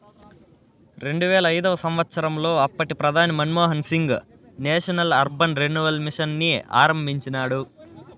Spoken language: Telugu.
రెండువేల ఐదవ సంవచ్చరంలో అప్పటి ప్రధాని Manmohan Singh national urban renewal mission ని ఆరంభించినాడు